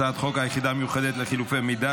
הצעת חוק היחידה המיוחדת לחילופי מידע